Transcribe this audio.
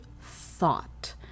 thought